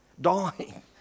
dying